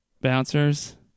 bouncers